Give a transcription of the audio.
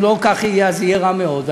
ואם לא כך יהיה אז יהיה רע מאוד,